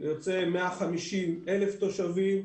יוצא 150,000 תושבים,